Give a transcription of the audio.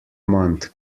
month